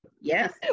yes